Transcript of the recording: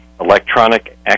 electronic